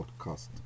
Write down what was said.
podcast